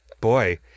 Boy